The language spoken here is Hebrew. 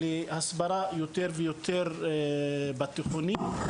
על מנת להגדיל את ההסברה בתיכונים.